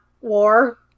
war